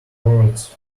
boards